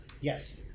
Yes